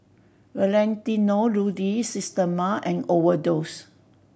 Valentino Rudy Systema and Overdose